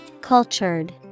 Cultured